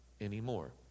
anymore